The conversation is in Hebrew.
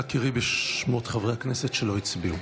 אנא קראי בשמות חברי הכנסת שלא הצביעו.